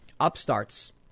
upstarts